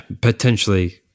potentially